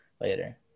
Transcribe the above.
later